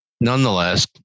nonetheless